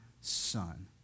son